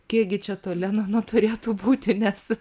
kiekgi čia to lenono turėtų būti net